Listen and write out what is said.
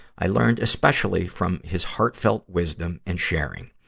i learned, especially, from his heartfelt wisdom and sharing.